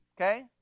Okay